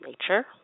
nature